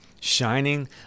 shining